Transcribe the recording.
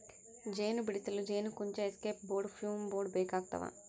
ಜೇನು ಬಿಡಿಸಲು ಜೇನುಕುಂಚ ಎಸ್ಕೇಪ್ ಬೋರ್ಡ್ ಫ್ಯೂಮ್ ಬೋರ್ಡ್ ಬೇಕಾಗ್ತವ